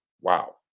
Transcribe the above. Wow